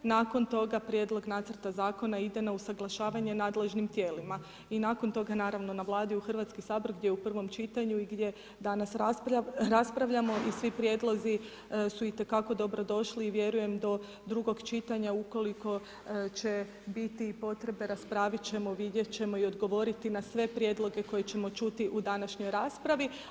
Nakon toga Prijedlog nacrta zakona ide na usuglašavanje nadležnim tijelima i nakon toga naravno na Vladi u Hrvatski sabor gdje u prvom čitanju i gdje danas raspravljamo i svi prijedlozi su itekako dobro došli i vjerujem do drugog čitanja ukoliko će biti i potrebe raspravit ćemo i vidjet ćemo i odgovoriti na sve prijedloge koje ćemo čuti u današnjoj raspravi.